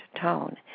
tone